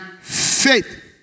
faith